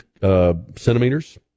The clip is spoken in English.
centimeters